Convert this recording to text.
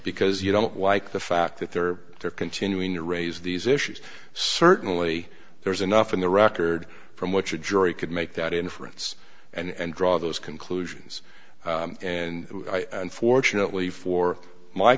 because you don't like the fact that they're they're continuing to raise these issues certainly there's enough in the record from which a jury could make that inference and draw those conclusions and unfortunately for my